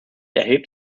erhebt